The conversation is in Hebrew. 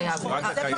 בפנים.